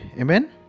Amen